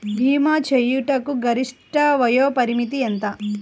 భీమా చేయుటకు గరిష్ట వయోపరిమితి ఎంత?